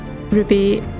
Ruby